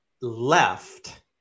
left